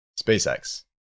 SpaceX